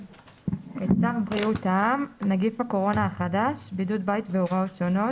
"צו בריאות העם (נגיף הקורונה החדש) (בידוד בית והוראות שונות)